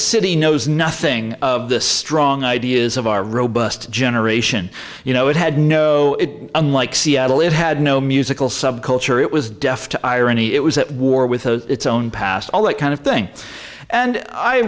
city knows nothing of the strong ideas of our robust generation you know it had no it unlike seattle it had no musical subculture it was deaf to irony it was at war with its own past all that kind of thing and i